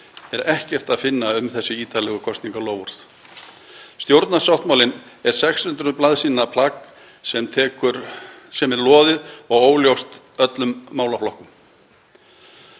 er ekkert að finna um þessi ítarlegu kosningaloforð. Stjórnarsáttmálinn er 600 blaðsíðna plagg sem er loðið og óljóst í öllum málaflokkum.